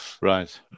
Right